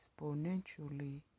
exponentially